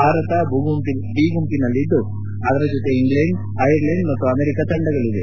Bharat B ಗುಂಪಿನಲ್ಲಿದ್ದು ಅದರ ಜೊತೆ ಇಂಗ್ಲೇಂಡ್ ಐರ್ಲೆಂಡ್ ಮತ್ತು ಅಮೆರಿಕಾ ತಂಡಗಳವೆ